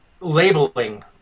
labeling